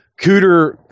cooter